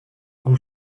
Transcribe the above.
goût